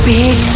big